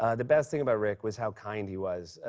ah the best thing about rick was how kind he was.